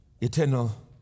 Eternal